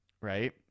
right